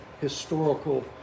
historical